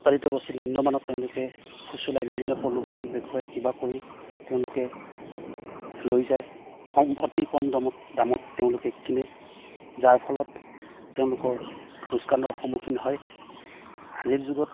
উৎপাদিত বস্তু নিম্নমানত তেওঁলোকে ফুচুলাই বিভিন্ন প্ৰলোভন দেখুৱাই কিবা কৰি তেওঁলোকে লৈ যায় কম অতি কম দমত দামত তেওঁলোকে কিনে যাৰ ফলত তেওঁলোকৰ লোকচানৰ সন্মুখীন হয় আজিৰ যুগত